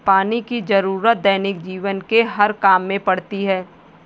पानी की जरुरत दैनिक जीवन के हर काम में पड़ती है